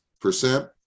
percent